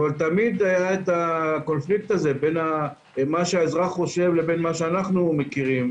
אבל תמיד היה את הקונפליקט בין מה שהאזרח חושב לבין מה שאנחנו מכירים.